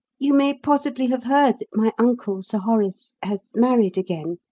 you may possibly have heard that my uncle, sir horace, has married again.